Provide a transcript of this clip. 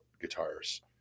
guitars